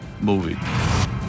movie